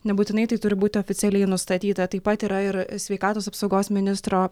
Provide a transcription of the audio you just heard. nebūtinai tai turi būti oficialiai nustatyta taip pat yra ir sveikatos apsaugos ministro